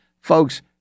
Folks